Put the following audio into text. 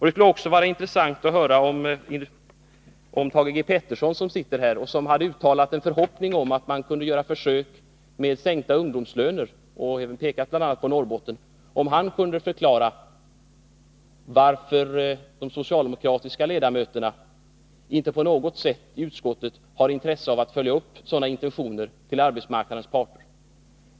Det skulle också vara intressant att höra om Thage G. Peterson, som sitter här och som har uttalat en förhoppning om att man kan göra försök med sänkta ungdomslöner och i sammanhanget bl.a. pekat på Norrbotten, kunde förklara varför de socialdemokratiska ledamöterna i utskotten inte på något sätt har visat intresse för att följa upp sådana intentioner till arbetsmarknadens parter.